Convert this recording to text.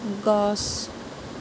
গছ